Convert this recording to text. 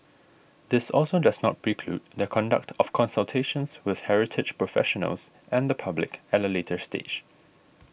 this also does not preclude the conduct of consultations with heritage professionals and the public at a later stage